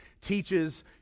teaches